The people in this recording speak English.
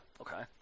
Okay